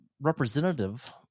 representative